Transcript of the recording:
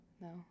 No